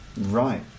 right